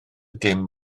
dim